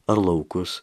ar laukus